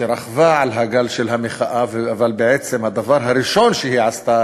שרכבה על הגל של המחאה אבל בעצם הדבר הראשון שהיא עשתה,